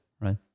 right